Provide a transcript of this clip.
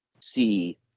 see